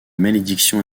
malédiction